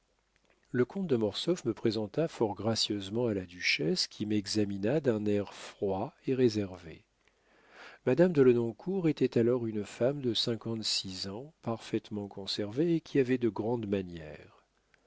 le comte de mortsauf me présenta fort gracieusement à la duchesse qui m'examina d'un air froid et réservé madame de lenoncourt était alors une femme de cinquante-six ans parfaitement conservée et qui avait de grandes manières